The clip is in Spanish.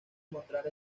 encontrar